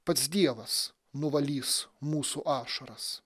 pats dievas nuvalys mūsų ašaras